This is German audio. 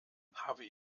habe